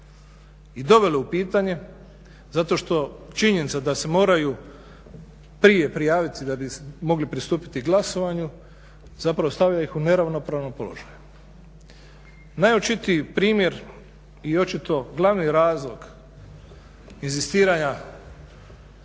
I dovelo je u pitanje zato što činjenica da se moraju prije prijaviti da bi mogli pristupiti glasovanje stavlja ih u neravnopravan položaj. Najočitiji primjer i očito glavni razlog inzistiranja